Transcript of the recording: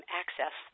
access